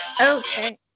Okay